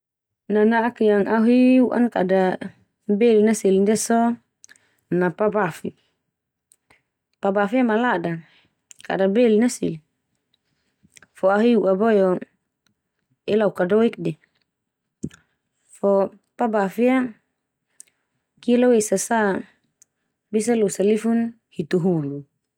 Nana'ak yang au hi u'an kada belin na seli ndia so, na pa bafi. Pa bafi ia malada kada belin na seli. Fo au hi u'a boe o ela au ka doik de. Fo pa bafi ia kilo esa sa bisa losa lifun hitu hulu.